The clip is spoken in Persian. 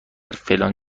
فلان